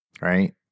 right